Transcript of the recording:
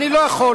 אני לא יכול.